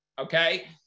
okay